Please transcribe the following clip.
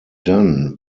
dann